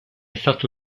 stato